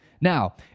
Now